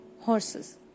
horses